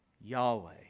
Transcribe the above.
Yahweh